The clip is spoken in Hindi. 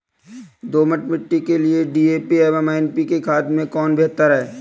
दोमट मिट्टी के लिए डी.ए.पी एवं एन.पी.के खाद में कौन बेहतर है?